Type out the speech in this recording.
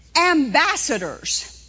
ambassadors